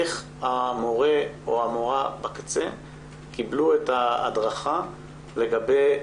איך המורים בקצה קיבלו את ההדרכה לגבי